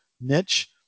niche